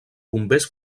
bombers